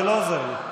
זה לא עוזר לי,